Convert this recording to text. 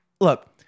look